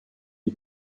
die